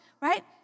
Right